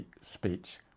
speech